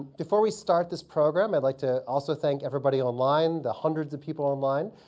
before we start this program, i'd like to also thank everybody online, the hundreds of people online.